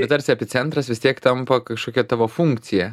ir tarsi epicentras vis tiek tampa kažkokia tavo funkcija